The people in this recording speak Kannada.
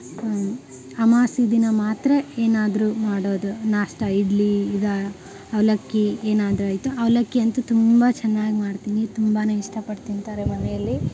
ಅಮಾವಾಸ್ಯೆ ದಿನ ಮಾತ್ರ ಏನಾದರೂ ಮಾಡೋದು ನಾಷ್ಟ ಇಡ್ಲಿ ಇದು ಅವಲಕ್ಕಿ ಏನಾದರೂ ಆಯಿತು ಅವಲಕ್ಕಿ ಅಂತೂ ತುಂಬ ಚೆನ್ನಾಗ್ ಮಾಡ್ತೀನಿ ತುಂಬಾ ಇಷ್ಟಪಟ್ಟು ತಿಂತಾರೆ ಮನೆಯಲ್ಲಿ